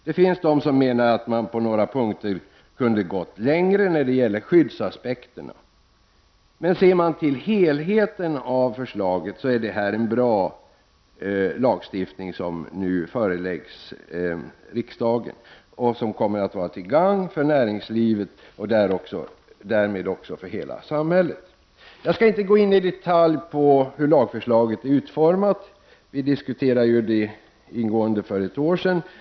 Det finns de som menar att man på några punkter kunde ha gått ännu längre när det gäller skyddsaspekterna, men ser vi till helheten är det en bra lagstiftning som nu föreläggs riksdagen och som kommer att bli till gagn för näringslivet och därmed också för hela samhället. Jag skall inte gå in i detalj på hur lagförslaget är utformat. Det diskuterade vi ingående för ett år sedan.